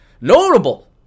notable